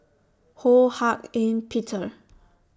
Ho Hak Ean Peter